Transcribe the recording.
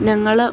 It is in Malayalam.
ഞങ്ങൾ